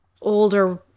older